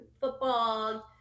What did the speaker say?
football